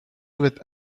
with